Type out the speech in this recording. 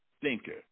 thinker